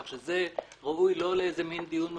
כך שזה לא ראוי למין דיון מכופף.